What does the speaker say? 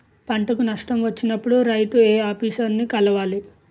పంటకు నష్టం వచ్చినప్పుడు రైతు ఏ ఆఫీసర్ ని కలవాలి?